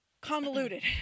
convoluted